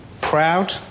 proud